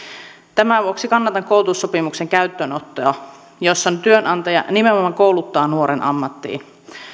tämän vuoksi kannatan koulutussopimuksen käyttöönottoa siinä työnantaja nimenomaan kouluttaa nuoren ammattiin